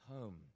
home